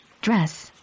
dress